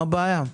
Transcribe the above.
מה הבעיה?